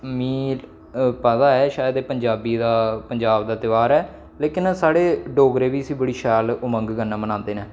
मीं पता ऐ शायद पजांही दा पंजाब दा त्यहार ऐ लेकिन साढ़े डोगरे बी इसी बड़ी शैल उमंग कन्नै मनांदे न